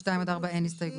אין לא אושרה.